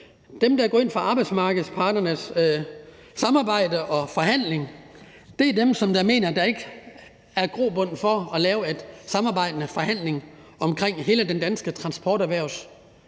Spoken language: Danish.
dem, der går ind for arbejdsmarkedets parters samarbejde og forhandling, det er dem, som mener, at der ikke er grobund for at lave en samarbejdende forhandling omkring hele det danske transporterhvervs